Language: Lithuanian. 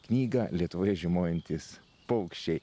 knygą lietuvoje žiemojantys paukščiai